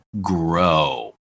grow